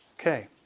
Okay